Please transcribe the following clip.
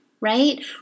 right